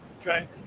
Okay